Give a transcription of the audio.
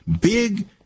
big